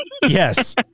Yes